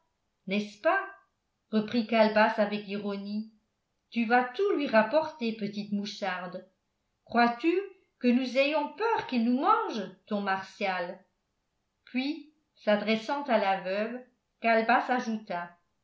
n'est-ce pas reprit calebasse avec ironie tu vas tout lui rapporter petite moucharde crois-tu que nous ayons peur qu'il nous mange ton martial puis s'adressant à la veuve